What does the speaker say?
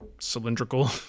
cylindrical